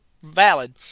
valid